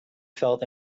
felt